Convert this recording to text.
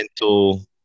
mental